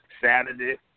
Saturday